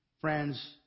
friends